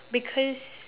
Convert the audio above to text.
because